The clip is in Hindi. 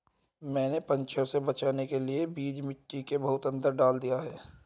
मैंने पंछियों से बचाने के लिए बीज मिट्टी के बहुत अंदर डाल दिए हैं